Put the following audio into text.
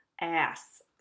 ass